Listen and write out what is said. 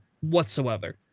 whatsoever